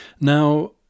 Now